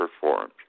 performed